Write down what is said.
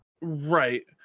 Right